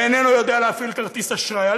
איננו יודע להפעיל כרטיס אשראי.